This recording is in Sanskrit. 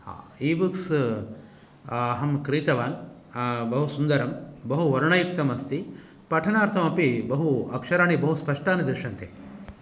ईबुक्स् अहं क्रीतवान् बहु सुन्दरं बहु वर्णयुक्तमस्ति पठनार्थमपि बहु अक्षराणि बहु स्पष्टानि दृश्यन्ते